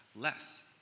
less